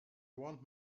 want